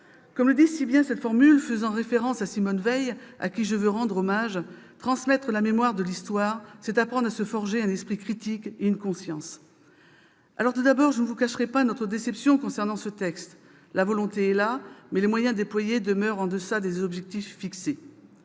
Comme le dit si bien cette formule faisant référence à Simone Veil, à qui je veux rendre hommage :« Transmettre la mémoire de l'Histoire, c'est apprendre à se forger un esprit critique et une conscience ». Alors, tout d'abord, je ne vous cacherai pas notre déception concernant ce texte. La volonté est là, mais les moyens déployés demeurent en deçà des objectifs fixés.